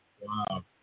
Wow